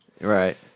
Right